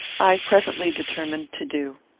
i presently determined to do.